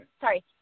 sorry